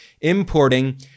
importing